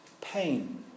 pain